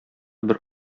бер